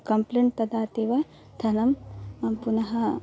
complaint ददात्येव धनं पुनः